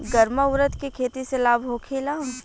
गर्मा उरद के खेती से लाभ होखे ला?